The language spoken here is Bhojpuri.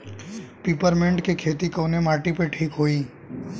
पिपरमेंट के खेती कवने माटी पे ठीक होई?